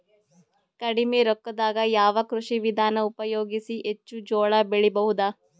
ಕಡಿಮಿ ರೊಕ್ಕದಾಗ ಯಾವ ಕೃಷಿ ವಿಧಾನ ಉಪಯೋಗಿಸಿ ಹೆಚ್ಚ ಜೋಳ ಬೆಳಿ ಬಹುದ?